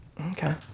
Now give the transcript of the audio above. Okay